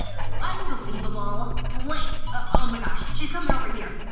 unbelievable wait. oh my gosh. she's coming over here.